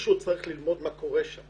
מישהו צריך ללמוד מה קורה שם